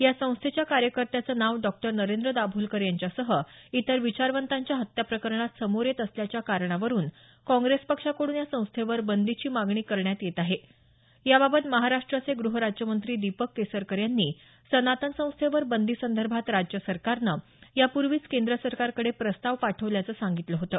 या संस्थेच्या कार्यकर्त्यांचं नाच डॉ नरेंद्र दाभोलकर यांच्यासह इतर विचारवंतांच्या हत्या प्रकरणात समोर येत असल्याच्या कारणावरून काँग्रेस पक्षाकडून या संस्थेवर बंदीची मागणी करण्यात येत आहे याबाबत महाराष्ट्राचे गृह राज्यमंत्री दीपक केसरकर यांनी सनातन संस्थेवर बंदीसंदर्भात राज्य सरकारनं यापूर्वीच केंद्र सरकारकडे प्रस्ताव पाठवल्याचं सांगितलं होतं